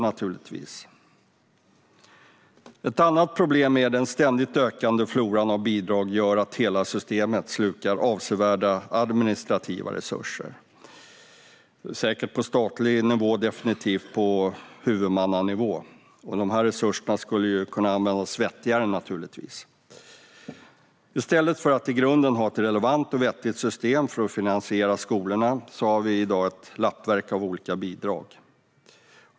Ett annat problem är att den ständigt ökande floran av bidrag gör att hela systemet slukar avsevärda administrativa resurser, säkert på statlig nivå och definitivt på huvudmannanivå. Dessa resurser skulle naturligtvis kunna användas på ett vettigare sätt. I stället för att i grunden ha ett relevant och vettigt system för att finansiera skolorna har vi i dag ett lappverk av olika bidrag.